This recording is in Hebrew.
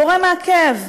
גורם מעכב.